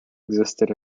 existed